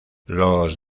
los